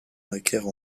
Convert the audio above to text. macaire